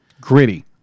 Gritty